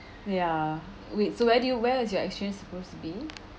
ya wait so where do you where is your exchange supposed to be